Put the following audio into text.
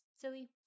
silly